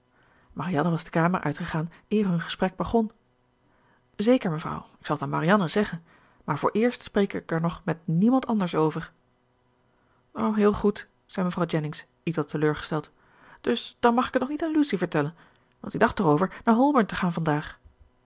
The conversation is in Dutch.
marianne was de kamer uitgegaan eer hun gesprek begon zeker mevrouw ik zal t aan marianne zeggen maar vooreerst spreek ik er nog met niemand anders over o heel goed zei mevrouw jennings ietwat teleurgesteld dus dan mag ik het nog niet aan lucy vertellen want ik dacht erover naar holborn te gaan vandaag